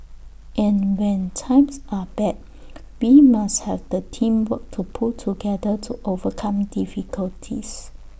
and when times are bad we must have the teamwork to pull together to overcome difficulties